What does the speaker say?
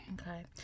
Okay